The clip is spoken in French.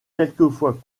quelquefois